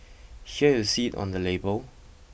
here you see on the label